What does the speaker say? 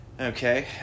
Okay